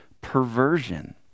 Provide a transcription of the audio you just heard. perversion